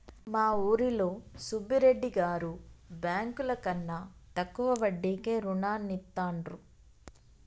మా ఊరిలో సుబ్బిరెడ్డి గారు బ్యేంకుల కన్నా తక్కువ వడ్డీకే రుణాలనిత్తండ్రు